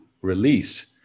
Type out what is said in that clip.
release